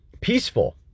peaceful